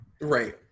Right